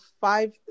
five